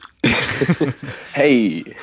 Hey